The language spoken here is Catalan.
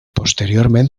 posteriorment